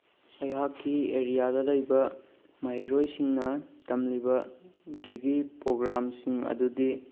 ꯑꯩꯍꯥꯛꯀꯤ ꯑꯦꯔꯤꯌꯥꯗ ꯂꯩꯕ ꯃꯍꯩꯔꯣꯏꯁꯤꯡꯅ ꯇꯝꯂꯤꯕ ꯗꯤꯒ꯭ꯔꯤ ꯄ꯭ꯔꯣꯒꯥꯝꯁꯤꯡ ꯑꯗꯨꯗꯤ